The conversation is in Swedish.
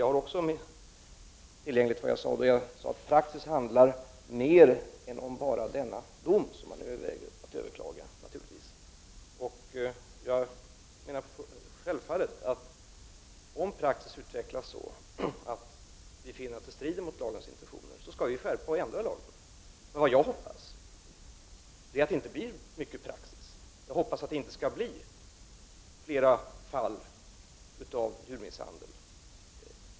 Jag sade då att praxis handlar mer än om bara denna dom som man övervägde att överklaga. Jag menar att om praxis utvecklas så att vi finner att den strider mot lagens intentioner, skall vi självfallet skärpa och ändra lagen. Men vad jag hoppas är att det inte blir mycket praxis. Jag hoppas att det inte skall bli fler fall av djurmisshandel.